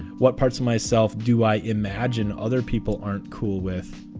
what parts of myself do i imagine other people aren't cool with?